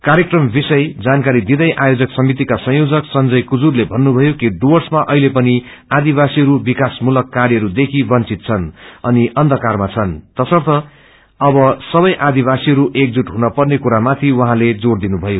कार्यक्रम विषय जानकारी दिदै आयोजक समितिका संयोजक संजय कूजुरले पन्नुषयो कि डुव्रसमा अछिले पनि आदिवासीहरू विकासमूलक कार्यहरूदेखि वंचित अनि अन्बकारमा छन् यसर्थ अब सब आदविासीह्य एकजुट ने हुनपर्ने कुरामाथि जोड़ दिनुथयो